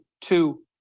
two